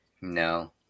No